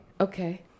Okay